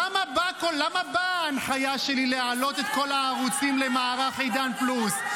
למה באה ההנחיה שלי להעלות את כל הערוצים למערך עידן פלוס?